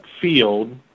field